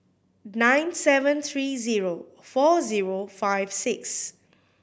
nine seven three zero four zero five six